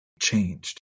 changed